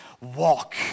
walk